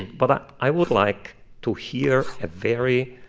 but i would like to hear a very